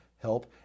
Help